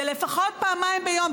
זה לפחות פעמיים ביום,